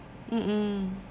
mm mm